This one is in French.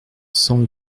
cents